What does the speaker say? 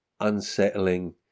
unsettling